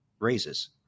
raises